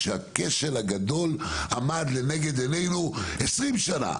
כאשר הכשל הגדול עמד לנגד עינינו במשך 20 שנים.